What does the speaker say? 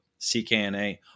CKNA